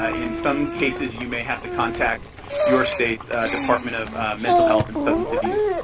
ah in some cases you may have to contact your state's department of mental health and substance abuse.